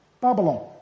Babylon